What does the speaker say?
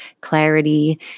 clarity